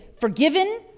forgiven